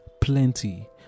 plenty